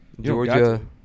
Georgia